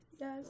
Yes